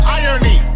irony